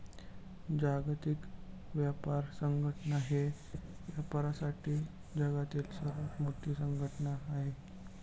जागतिक व्यापार संघटना ही व्यापारासाठी जगातील सर्वात मोठी संघटना आहे